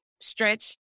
stretch